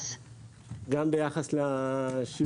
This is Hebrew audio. אנחנו מאמינים שגם ביחס לשיעור